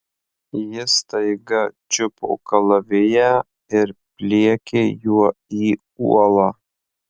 ji staiga čiupo kalaviją ir pliekė juo į uolą